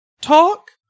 talk